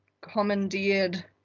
commandeered